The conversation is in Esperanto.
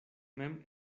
mem